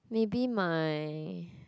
maybe my